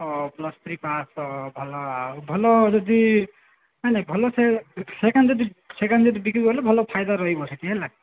ଓ plus three pass ଭଲ ଆଉ ଭଲ ଯଦି ନାଇଁ ନାଇଁ ଭଲସେ ଯଦି ବିକି ଦେବେ ଯଦି ଭଲ ଫାଇଦାରେ ରହିବ ହେଲା